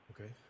Okay